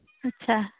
ᱟᱪᱪᱷᱟ